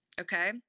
okay